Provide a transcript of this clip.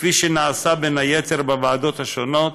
כפי שנעשה בין היתר בוועדות השונות.